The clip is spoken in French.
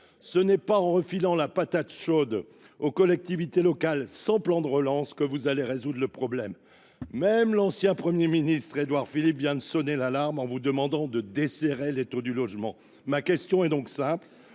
ce n’est pas en passant la patate chaude aux collectivités locales et sans plan de relance que vous allez résoudre le problème ! L’ancien Premier ministre Édouard Philippe lui-même vient de sonner l’alarme en vous demandant de desserrer l’étau du logement. C’est vrai ! Aussi,